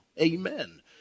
Amen